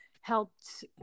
helped